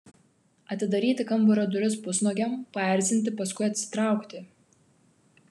atidaryti kambario duris pusnuogiam paerzinti paskui atsitraukti